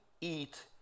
eat